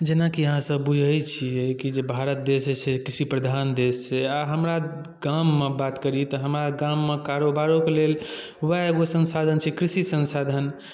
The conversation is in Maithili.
जेनाकि अहाँसभ बुझै छियै कि जे भारत देश छै से कृषि प्रधान देश छै आ हमरा गाममे बात करी तऽ हमरा गाममे कारोबारोक लेल उएह एगो संसाधन छै कृषि संसाधन